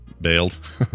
bailed